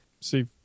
See